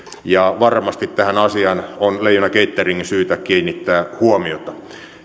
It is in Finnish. ja varmasti tähän asiaan on leijona cateringin syytä kiinnittää huomiota